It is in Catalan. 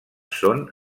són